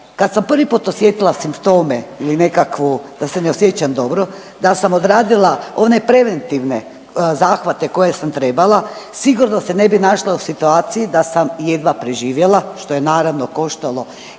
kad sam prvi put osjetila simptome ili nekakvu da se ne osjećam dobro, da sam odradila one preventivne zahvate koje sam trebala, sigurno se ne bih našla u situaciji da sam jedva preživjela, što je naravno koštalo